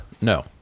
No